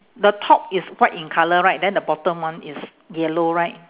the top is white in colour right then the bottom one is yellow right